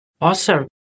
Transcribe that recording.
awesome